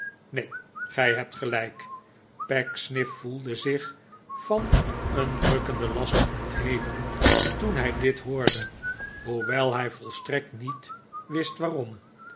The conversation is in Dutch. neen gij hebt gelijk pecksniff voelde zich van een drukkenden last ontheven toen hij dit hoorde hoewel hij volstrekt niet wist waarom